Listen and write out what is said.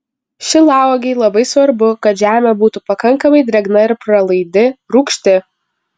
šilauogei labai svarbu kad žemė būtų pakankamai drėgna ir pralaidi rūgšti